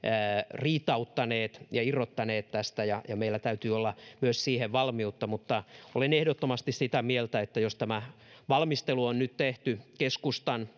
riitauttaneet ja irrottautuneet tästä ja meillä täytyy olla myös siihen valmiutta mutta olen ehdottomasti sitä mieltä että jos tämä valmistelu on nyt tehty keskustan